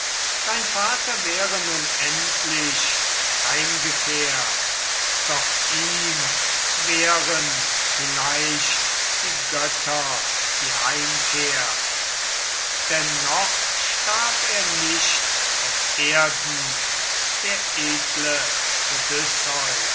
dein vater wäre nun endlich heimgekehrt doch ihm wehren vielleicht die götter die heimkehr denn noch starb er nicht auf erden der edle